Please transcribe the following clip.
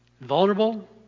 vulnerable